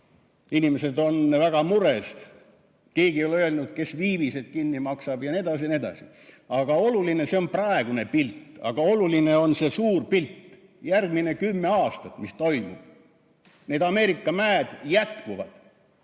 Inimesed on väga mures. Keegi ei ole öelnud, kes viivised kinni maksab jne. See on praegune pilt, aga oluline on see suur pilt, järgmine kümme aastat mis toimub. Need Ameerika mäed jätkuvad,